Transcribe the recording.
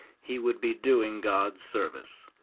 he would be doing god service.